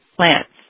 plants